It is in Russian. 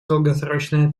долгосрочная